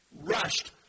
Rushed